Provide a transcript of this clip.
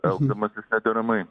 elgdamasis nederamai